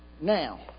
Now